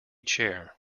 chair